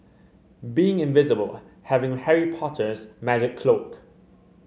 being invisible having Harry Potter's magic cloak